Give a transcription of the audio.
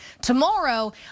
Tomorrow